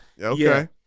Okay